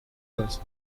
hose